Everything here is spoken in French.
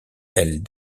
elle